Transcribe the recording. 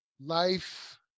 life